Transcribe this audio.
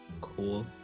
Cool